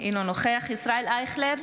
אינו נוכח ישראל אייכלר,